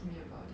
in feb~